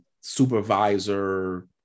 supervisor